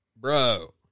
bro